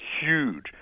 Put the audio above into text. huge